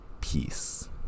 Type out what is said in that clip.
peace